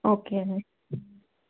okay అండి